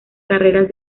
carreras